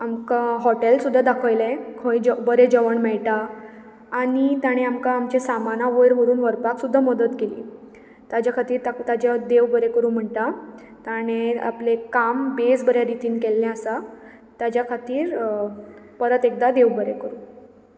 आमकां हॉटेल सुद्दां दाखयलें खंय बरें जेवण मेळटा आनी ताणें आमकां आमचें सामाना वयर व्हरपाक सुद्दां मदत केली ताचे खातीर ताचें हांव देव बरें करूं म्हणटा ताणें आपलें काम भेस बऱ्या रितीन केल्लें आसा ताच्या खातीर परत एकदां देव बरें करूं